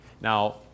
Now